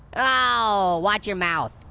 oh, watch your mouth.